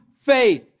faith